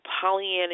Pollyanna